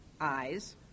eyes